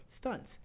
stunts